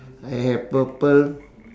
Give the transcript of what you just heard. I have purple